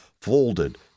folded